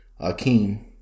Akeem